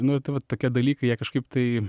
nu ir tai vat tokie dalykai jie kažkaip tai